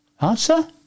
Answer